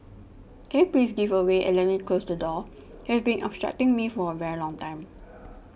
can you please give away and let me close the door you have been obstructing me for a very long time